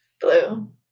Blue